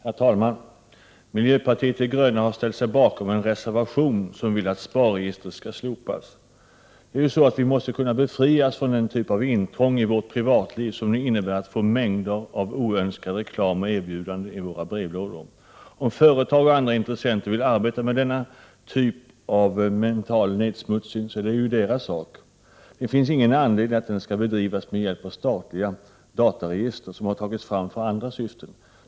Herr talman! Miljöpartiet de gröna har ställt sig bakom en reservation som vill att SPAR-registret skall slopas. Vi måste kunna befrias från det intrång i vårt privatliv som det innebär att få mängder av oönskad reklam och erbjudanden i våra brevlådor. Om företag och andra intressenter vill arbeta med denna typ av mental nedsmutsning, är det deras ensak. Det finns ingen anledning att den skall bedrivas med hjälp av statliga dataregister, som har tagits fram i helt andra syften.